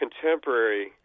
contemporary